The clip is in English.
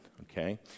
okay